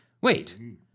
Wait